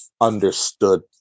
understood